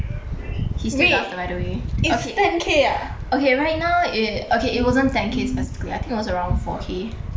he still laughed by the way okay okay right now i~ okay it wasn't ten K specifically I think it was around four K